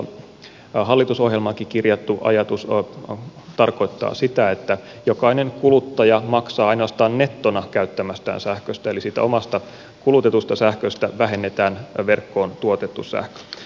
hallitusohjelmaankin kirjattu ajatus tarkoittaa sitä että jokainen kuluttaja maksaa ainoastaan nettona käyttämästään sähköstä eli siitä omasta kulutetusta sähköstä vähennetään verkkoon tuotettu sähkö